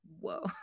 Whoa